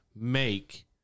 make